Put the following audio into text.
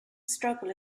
struggle